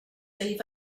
eve